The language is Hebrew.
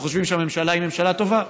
אנחנו חושבים שהממשלה היא ממשלה טובה,